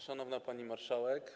Szanowna Pani Marszałek!